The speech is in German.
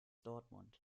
dortmund